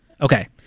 Okay